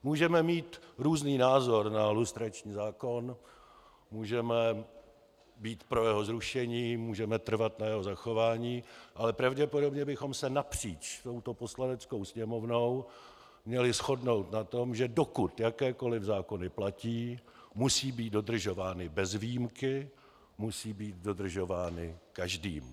Můžeme mít různý názor na lustrační zákon, můžeme být pro jeho zrušení, můžeme trvat na jeho zachování, ale pravděpodobně bychom se napříč touto Poslaneckou sněmovnou měli shodnout na tom, že dokud jakékoliv zákony platí, musí být dodržovány bez výjimky, musí být dodržovány každým.